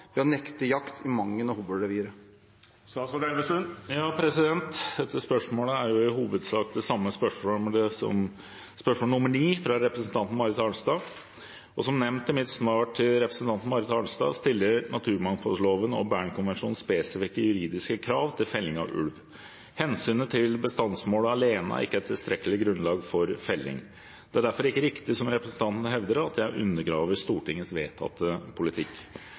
ved å nekte jakt i Mangen- og Hobølreviret?» Dette spørsmålet er i hovedsak det samme spørsmålet som spørsmål 9, fra representanten Marit Arnstad. Som nevnt i mitt svar til representanten Marit Arnstad, stiller naturmangfoldloven og Bernkonvensjonen spesifikke juridiske krav til felling av ulv. Hensynet til bestandsmålet alene er ikke et tilstrekkelig grunnlag for felling. Det er derfor ikke riktig som representanten hevder, at jeg undergraver Stortingets vedtatte politikk.